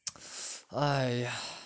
哎呀